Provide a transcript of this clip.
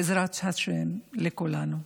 בעזרת השם, לכולנו.